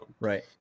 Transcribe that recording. Right